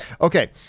Okay